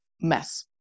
mess